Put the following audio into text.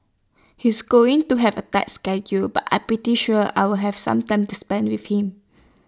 he's going to have A tight schedule but I'm pretty sure I'll have some time to spend with him